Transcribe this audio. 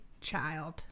child